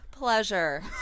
pleasure